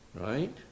right